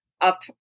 up